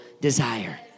desire